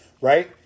right